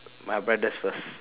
my brothers first